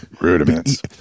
Rudiments